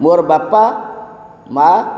ମୋର ବାପା ମାଁ